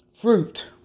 fruit